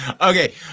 Okay